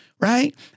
right